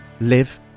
live